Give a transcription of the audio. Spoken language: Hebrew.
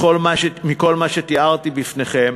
מכל מה שתיארתי בפניכם